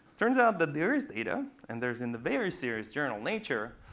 turns out that there is data, and there is in the very serious journal nature,